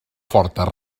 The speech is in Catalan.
fortes